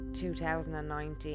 2019